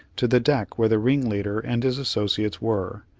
to the deck where the ringleader and his associates were,